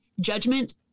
judgment